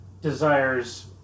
Desire's